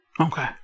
Okay